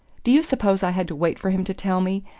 do you suppose i had to wait for him to tell me?